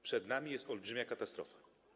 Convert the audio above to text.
Przed nami jest olbrzymia katastrofa.